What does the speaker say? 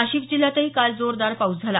नाशिक जिल्ह्यातही काल जोरदार पाऊस झाला